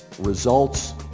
results